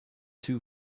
two